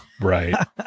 Right